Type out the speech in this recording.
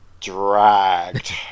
dragged